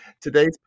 today's